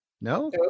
No